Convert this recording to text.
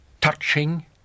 touching